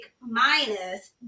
minus